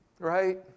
Right